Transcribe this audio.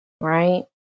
right